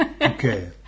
Okay